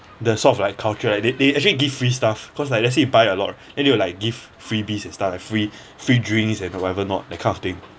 the sort of like culture like they they actually give free stuff cause like let's say you buy a lot then they'll like give freebies and stuff as free free drinks and whatever not that kind of thing